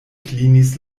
klinis